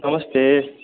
नमस्ते